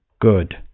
good